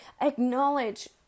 acknowledge